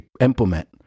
implement